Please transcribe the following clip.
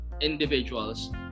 individuals